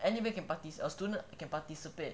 anybody can participate student can participate